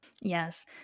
Yes